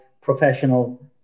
professional